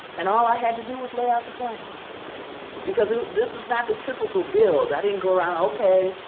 and all i had to do was lay out the plan because this was not the typical build. i didn't go around, ok,